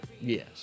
Yes